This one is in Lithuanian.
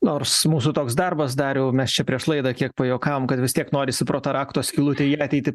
nors mūsų toks darbas dariau mes čia prieš laidą kiek pajuokavom kad vis tiek norisi pro tą rakto skylutę į ateiti